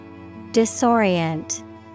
Disorient